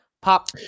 pop